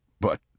But